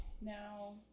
Now